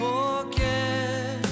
Forget